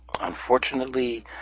Unfortunately